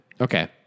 Okay